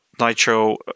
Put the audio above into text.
Nitro